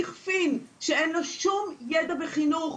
שאין לו שום ידע בחינוך,